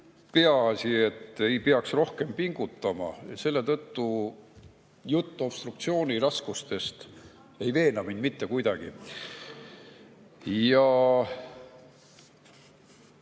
Peaasi, et ei peaks rohkem pingutama. Selle tõttu jutt obstruktsiooni raskustest ei veena mind mitte kuidagi. Imelik